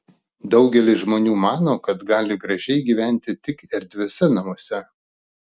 daugelis žmonių mano kad gali gražiai gyventi tik erdviuose namuose